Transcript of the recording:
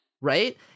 Right